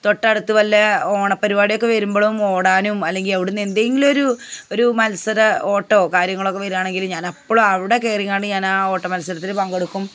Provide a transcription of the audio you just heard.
തൊട്ടടുത്തു വല്ല ഓണപ്പരിപാടിയൊക്കെ വരുമ്പോഴും ഓടാനും അല്ലെങ്കിൽ അവിടുന്ന് എന്തെങ്കിലൊരു ഒരു മത്സര ഓട്ടമോ കാര്യങ്ങളൊക്കെ വരുകയാണെങ്കില് ഞാൻ അപ്പോഴും അവിടെ കറിയങ്ങാണ്ട് ഞാനാ ഓട്ട മത്സരത്തിൽ പങ്കെടുക്കും